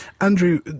Andrew